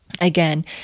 again